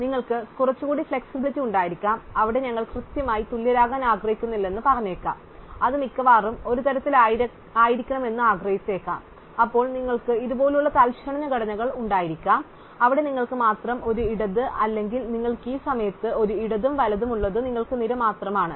അതിനാൽ നിങ്ങൾക്ക് കുറച്ചുകൂടി ഫ്ലെക്സിബിലിറ്റി ഉണ്ടായിരിക്കാം അവിടെ ഞങ്ങൾ കൃത്യമായി തുല്യരാകാൻ ആഗ്രഹിക്കുന്നില്ലെന്ന് നിങ്ങൾ പറഞ്ഞേക്കാം അത് മിക്കവാറും ഒരുതരത്തിൽ ആയിരിക്കണമെന്ന് ഞങ്ങൾ ആഗ്രഹിച്ചേക്കാം അപ്പോൾ നിങ്ങൾക്ക് ഇതുപോലുള്ള തൽക്ഷണ ഘടനകൾ ഉണ്ടായിരിക്കാം അവിടെ നിങ്ങൾക്ക് മാത്രം ഒരു ഇടത് അല്ലെങ്കിൽ നിങ്ങൾക്ക് ഈ സമയത്ത് ഒരു ഇടതും വലതും ഉള്ളത് നിങ്ങൾക്ക് നിര മാത്രമാണ്